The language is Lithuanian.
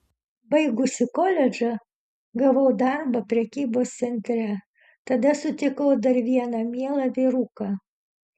baigusi koledžą gavau darbą prekybos centre tada sutikau dar vieną mielą vyruką